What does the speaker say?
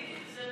אני לא